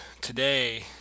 Today